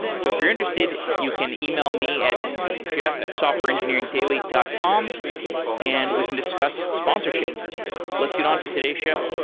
so if you're interested, you can e-mail me at jeff at softwareengineeringdaily dot com and we can discuss sponsorship let's get on to today's show